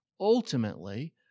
ultimately